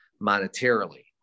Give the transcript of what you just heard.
monetarily